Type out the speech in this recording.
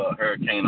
Hurricane